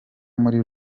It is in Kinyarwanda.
muri